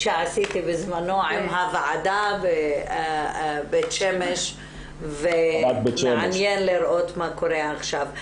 שעשיתי בזמנו עם הוועדה ברמת בית שמש ומעניין לראות מה קורה עכשיו.